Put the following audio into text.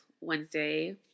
Wednesday